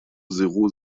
zéro